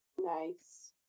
Nice